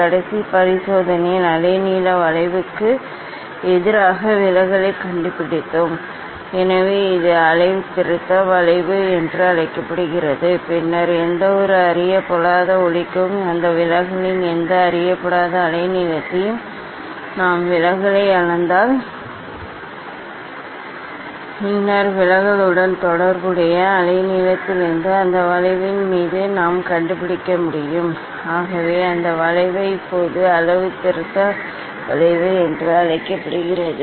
கடைசி பரிசோதனையில் அலைநீள வளைவுக்கு எதிராக விலகலைக் கண்டுபிடித்தோம் எனவே இது அளவுத்திருத்த வளைவு என்று அழைக்கப்படுகிறது பின்னர் எந்தவொரு அறியப்படாத ஒளிக்கும் அந்த விலகலின் எந்த அறியப்படாத அலைநீளத்தையும் நாம் விலகலை அளந்தால் பின்னர் விலகலுடன் தொடர்புடைய அலைநீளத்திலிருந்து அந்த வளைவின் மீது நாம் கண்டுபிடிக்க முடியும் ஆகவே அந்த வளைவை இப்போது அளவுத்திருத்த வளைவு என்று அழைக்கப்படுகிறது